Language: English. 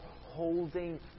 holding